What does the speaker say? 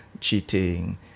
cheating